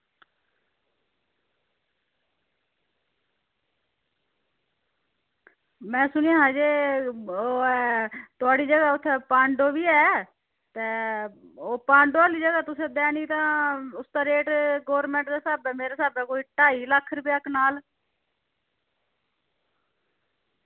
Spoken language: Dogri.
ते में सुनेआ कि ओह् ऐ थुआढ़ी जगह पांडव बी ऐ ते ओह् पांडु आह्ली जगह तुसें देनी तां ओह् मेरे स्हाबै गौरमेंट स्हाबै ओह् तां ढाई लक्ख रपेआ कनाल